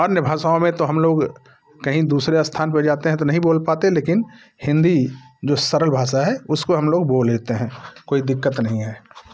अन्य भाषाओं में तो हम लोग कहीं दूसरे स्थान पर जाते हैं तो नहीं बोल पाते लेकिन हिंदी जो सरल भाषा है उसको हम लोग बोल लेते है कोई दिक्कत नहीं है